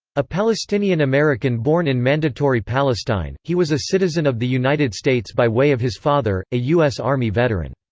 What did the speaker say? a palestinian american born in mandatory palestine, he was a citizen of the united states by way of his father, a u s. army veteran.